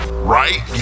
right